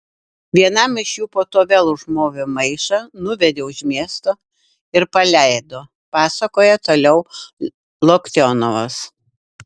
vienam iš jų po to vėl užmovė maišą nuvedė už miesto ir paleido pasakojo toliau loktionovas